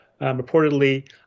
reportedly